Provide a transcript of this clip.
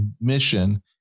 mission